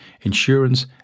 insurance